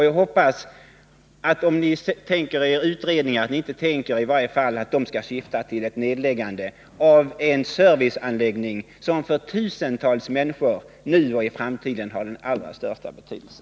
Jag hoppas att en utredning — om utskottet tänker sig en sådan — inte skall syfta till ett nedläggande av en serviceanläggning som för tusentals människor nu och i framtiden har den allra största betydelse.